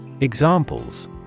Examples